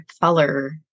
color